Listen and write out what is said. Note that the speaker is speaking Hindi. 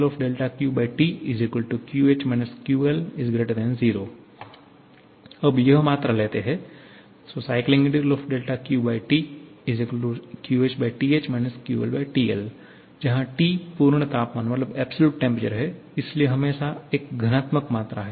QTQH QL0 अब हम मात्रा लेते हैं QTQHTH QLTL जहां T पूर्ण तापमान है इसलिए हमेशा एक घनात्मक मात्रा है